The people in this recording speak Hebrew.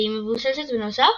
והיא מבוססת בנוסף